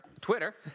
Twitter